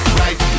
right